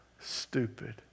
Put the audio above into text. stupid